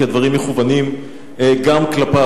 כי הדברים מכוונים גם כלפיו.